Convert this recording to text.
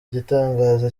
gitangaza